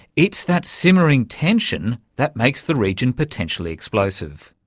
it's that simmering tension that makes the region potentially explosive.